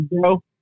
bro